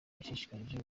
yashishikarije